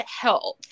health